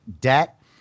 debt